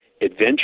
adventure